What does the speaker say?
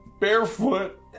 Barefoot